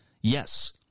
Yes